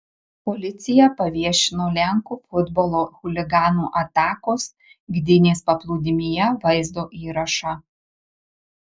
policija paviešino lenkų futbolo chuliganų atakos gdynės paplūdimyje vaizdo įrašą